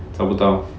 找不到